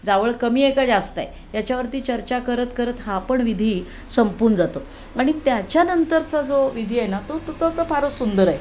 जावळ कमी आहे का जास्त आहे याच्यावरती चर्चा करत करत हा पण विधी संपून जातो आणि त्याच्यानंतरचा जो विधी आहे ना तो तो तो तर फारच सुंदर आहे